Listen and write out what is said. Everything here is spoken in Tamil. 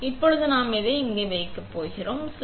எனவே இப்போது நாம் இங்கே இதை வைக்க போகிறோம்